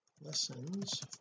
lessons